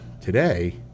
today